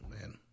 man